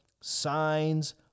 signs